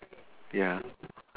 ya